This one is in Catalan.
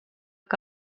que